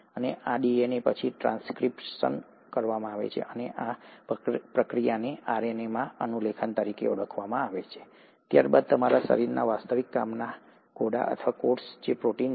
અને આ ડીએનએ પછી ટ્રાન્સક્રિપ્શન કરવામાં આવે છે અને આ પ્રક્રિયાને આરએનએમાં અનુલેખન તરીકે ઓળખવામાં આવે છે ત્યારબાદ તમારા શરીરના વાસ્તવિક કામના ઘોડા અથવા કોષ જે પ્રોટીન છે